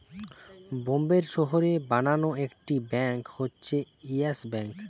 বোম্বের শহরে বানানো একটি ব্যাঙ্ক হচ্ছে ইয়েস ব্যাঙ্ক